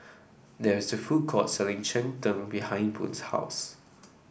there is a food court selling Cheng Tng behind Boone's house